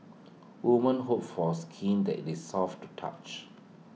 women hope for skin that is soft to touch